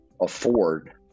afford